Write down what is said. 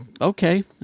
okay